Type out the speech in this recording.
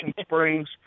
Springs